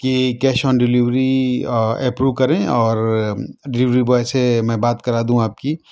کہ cash on delivery approve کریں اور ڈیلیوری بوائے سے میں بات کرا دوں آپ کی